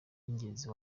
y’ingenzi